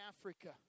Africa